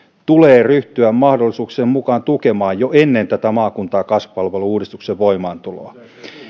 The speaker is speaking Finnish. tulee ryhtyä mahdollisuuksien mukaan tukemaan jo ennen maakunta ja kasvupalvelu uudistuksen voimaantuloa